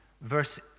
verse